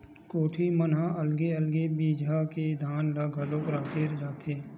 कोठी मन म अलगे अलगे बिजहा के धान ल घलोक राखे जाथेन